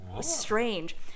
strange